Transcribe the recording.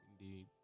Indeed